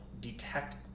detect